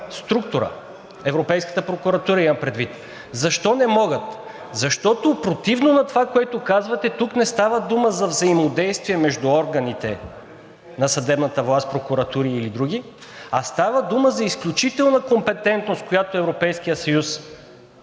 структура – Европейската прокуратура имам предвид. Защо не могат? Защото противно на това, което казвате, тук не става дума за взаимодействие между органите на съдебната власт – прокуратура или други, а става дума за изключителна компетентност, която Европейският съюз